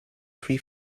free